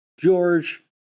George